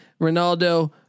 Ronaldo